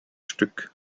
stück